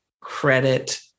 credit